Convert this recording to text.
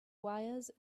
wires